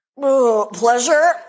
Pleasure